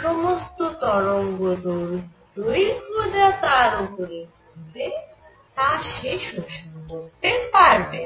সমস্ত তরঙ্গদৈর্ঘ্য যা তার উপরে পড়বে তা সে শোষণ করতে পারবে না